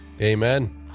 Amen